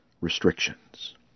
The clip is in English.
restrictions